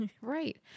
Right